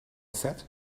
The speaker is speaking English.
set